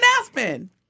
Aspen